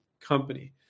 company